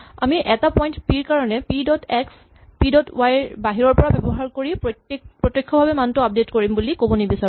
আমি এটা point P ৰ কাৰণে P dot X P dot Y বাহিৰৰ পৰা ব্যৱহাৰ কৰি প্ৰত্যক্ষভাৱে মানটো আপডেট কৰিম বুলি ক'ব নিবিচাৰো